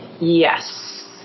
Yes